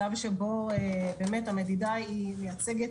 עשיתם משא ומתן עם כאן והגעתם להסכמות.